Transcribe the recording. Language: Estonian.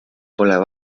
pole